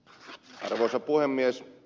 arvoisa puhemies